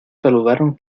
saludaron